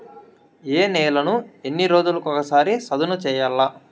ఏ నేలను ఎన్ని రోజులకొక సారి సదును చేయల్ల?